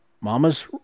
mama's